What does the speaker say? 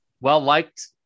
Well-liked